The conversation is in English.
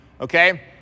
Okay